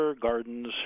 gardens